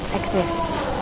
exist